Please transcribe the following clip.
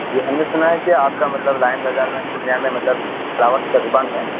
جی ہم نے سنا ہے کہ آپ کا مطلب لائن بازار میں پورنیہ میں مطلب فلاورس کا دوکان ہے